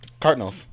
Cardinals